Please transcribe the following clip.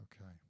Okay